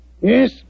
Yes